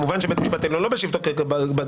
כמובן, שבית המשפט העליון בשבתו לא כבג"ץ.